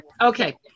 Okay